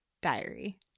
diary